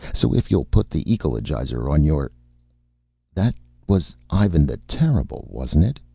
so if you'll put the ecologizer on your that was ivan the terrible, wasn't it?